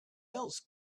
else